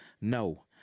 no